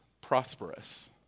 prosperous